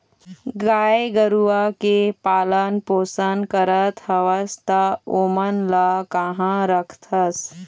गाय गरुवा के पालन पोसन करत हवस त ओमन ल काँहा रखथस?